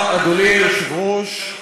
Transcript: אדוני היושב-ראש.